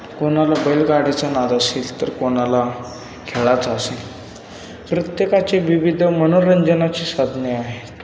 कोणाला बैलगाडीचा नाद असेल तर कोणाला खेळाचा असेल प्रत्येकाची विविध मनोरंजनाची साधने आहेत